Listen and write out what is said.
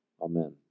Amen